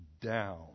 down